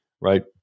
right